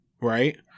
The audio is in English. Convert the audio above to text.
right